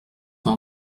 sont